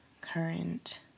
current